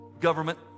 government